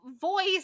voice